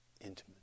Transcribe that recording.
intimate